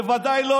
בוודאי לא